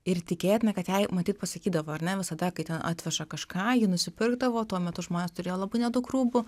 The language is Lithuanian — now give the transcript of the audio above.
ir tikėtina kad jai matyt pasakydavo ar ne visada kai ten atveža kažką ji nusipirkdavo tuo metu žmonės turėjo labai nedaug rūbų